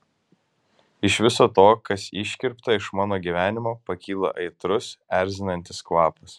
iš viso to kas iškirpta iš mano gyvenimo pakyla aitrus erzinantis kvapas